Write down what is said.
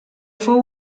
fou